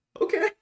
Okay